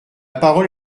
parole